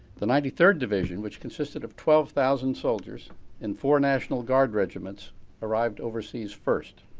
the ninety third division, which consisted of twelve thousand soldiers and four national guard regiments arrived overseas first.